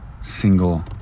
single